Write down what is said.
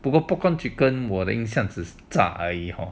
不过 pop corn chicken watering sensors 我的影响是炸而已哦